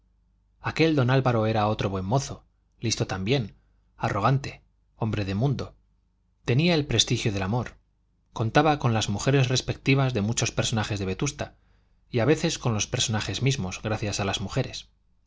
aquel don álvaro era otro buen mozo listo también arrogante hombre de mundo tenía el prestigio del amor contaba con las mujeres respectivas de muchos personajes de vetusta y a veces con los personajes mismos gracias a las mujeres